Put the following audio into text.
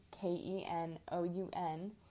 K-E-N-O-U-N